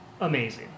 amazing